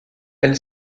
elle